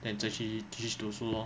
then 再继续继续读书 lor